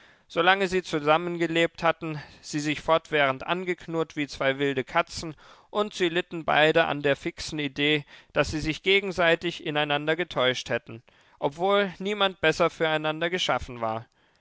solange sie zusammengelebt hatten sie sich fortwährend angeknurrt wie zwei wilde katzen und sie litten beide an der fixen idee daß sie sich gegenseitig ineinander getäuscht hätten obwohl niemand besser füreinander geschaffen war